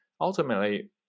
ultimately